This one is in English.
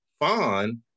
fun